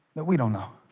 that we don't know